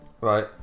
right